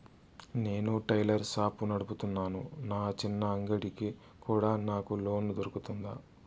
నేను tailor shop నడుపుతున్నాను, నా చిన్న అంగడి కి కూడా నాకు లోను దొరుకుతుందా?